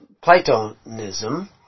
Platonism